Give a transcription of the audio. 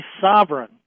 sovereign